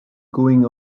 going